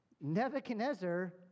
Nebuchadnezzar